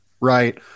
right